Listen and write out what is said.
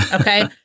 Okay